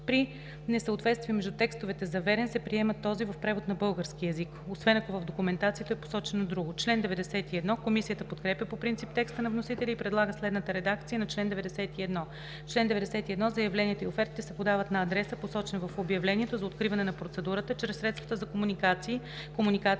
При несъответствие между текстовете за верен се приема този в превод на български език, освен ако в документацията е посочено друго.“ Комисията подкрепя по принцип текста на вносителя и предлага следната редакция на чл. 91: „Чл. 91. Заявленията и офертите се подават на адреса, посочен в обявлението за откриване на процедурата, чрез средствата за комуникация